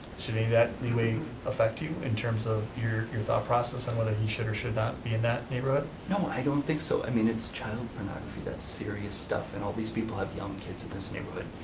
should any of that leeway affect you in terms of your your thought process in whether he should or should not be in that neighborhood. no, i don't think so. i mean, it's child pornography, that's serious stuff. and all these people have young kids in this neighborhood.